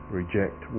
reject